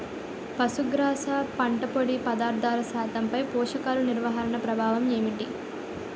పశుగ్రాస పంట పొడి పదార్థాల శాతంపై పోషకాలు నిర్వహణ ప్రభావం ఏమిటి?